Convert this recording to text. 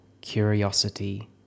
curiosity